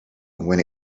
when